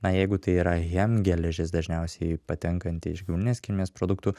na jeigu tai yra hem geležis dažniausiai patenkanti iš gyvulinės kilmės produktų